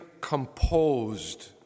composed